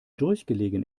durchgelegen